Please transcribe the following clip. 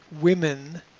women